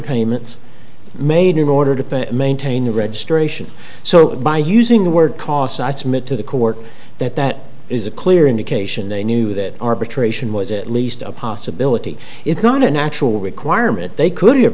payments made in order to maintain the registration so by using the word cause i submit to the court that that is a clear indication they knew that arbitration was at least a possibility it's not a natural requirement they could